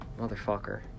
Motherfucker